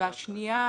--- נשמע כאן.